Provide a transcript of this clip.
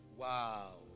Wow